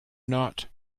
not